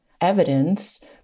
evidence